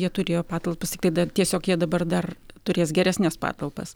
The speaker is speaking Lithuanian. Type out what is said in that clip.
jie turėjo patalpas tik tada tiesiog jie dabar dar turės geresnes patalpas